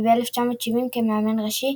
וב-1970 כמאמן ראשי,